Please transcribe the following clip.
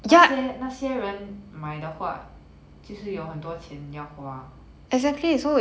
那些那些人买的话很多钱要花